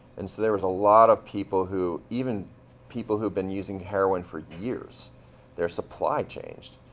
and so there was a lot of people who even people who've been using heroin for years their supply changed.